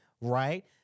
right